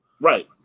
Right